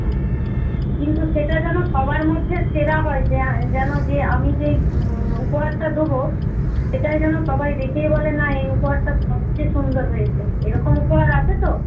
হুঁ কিন্তু সেটা যেন সবার মধ্যে সেরা হয় যেন যে আমি যেই উপহারটা দেবো সেটায় যেন সবাই দেখেই বলে না এই উপহারটা সবচেয়ে সুন্দর হয়েছে এরকম উপহার আছে তো